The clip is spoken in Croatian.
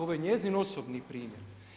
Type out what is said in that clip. Ovo je njezin osobni primjer.